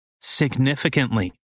significantly